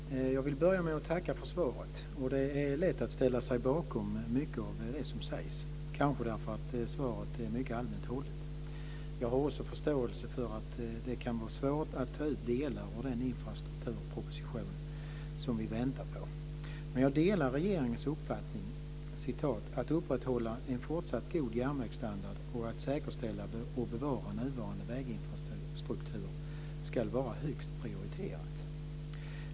Fru talman! Jag vill börja med att tacka för svaret. Det är lätt att ställa sig bakom mycket av det som sägs, kanske därför att svaret är mycket allmänt hållet. Jag har också förståelse för att det kan vara svårt att ta ut delar av den infrastrukturproposition som vi väntar på. Jag delar regeringens uppfattning att det ska vara högst prioriterat "att upprätthålla en fortsatt god järnvägsstandard och att säkerställa och bevara nuvarande väginfrastruktur".